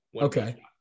Okay